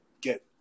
get